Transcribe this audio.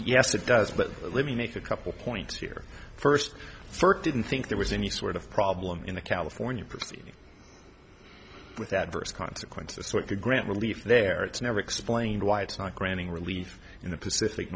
yes it does but let me make a couple points here first first didn't think there was any sort of problem in the california proceeding with adverse consequences like the grant relief there was never explained why it's not granting relief in the pacific